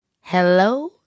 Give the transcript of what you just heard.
hello